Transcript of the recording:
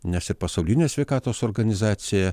nes ir pasaulinė sveikatos organizacija